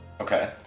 Okay